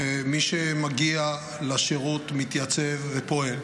מי שמגיע לשירות, מתייצב ופועל,